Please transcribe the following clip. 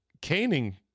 Caning